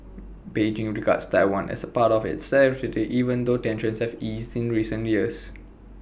Beijing regards Taiwan as part of its territory even though tensions have eased in recent years